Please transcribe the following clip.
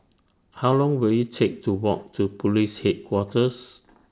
How Long Will IT Take to Walk to Police Headquarters